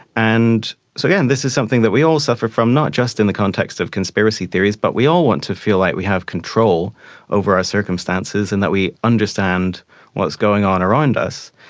and so again, this is something that we all suffer from, not just in the context of conspiracy theories but we all want to feel like we have control over our circumstances and that we understand what's going on around us.